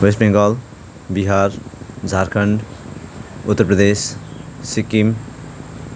West Bengal Bihar Jharkhand Uttar Pradesh Sikkim